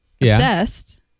obsessed